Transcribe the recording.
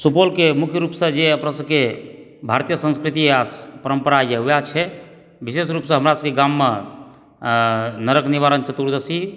सुपौलके मुख्य रूपसँ जे अपना सभकेँ भारतीय संस्कृति आ परम्पराए वएह छै विशेष रूपसँ हमरा सभकेँ गाममे नरक निवारण चतुर्दशी